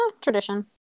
tradition